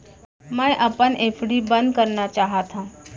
मै अपन एफ.डी बंद करना चाहात हव